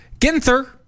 Ginther